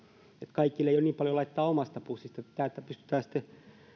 ei ole niin paljon laittaa omasta pussista pystytään tätä sitten